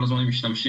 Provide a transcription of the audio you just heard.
כל הזמן משתמשים,